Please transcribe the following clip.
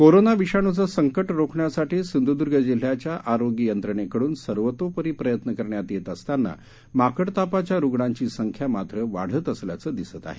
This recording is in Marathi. कोरोना विषाणूचे संकट रोखण्यासाठी सिंधुद्र्ग जिल्ह्याच्या आरोग्य यंत्रणेकडून सर्वतोपरी प्रयत्न करण्यात येत असताना माकडतापाच्या रुग्णांची संख्या मात्र वाढत असल्याचं दिसतं आहे